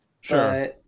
Sure